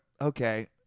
okay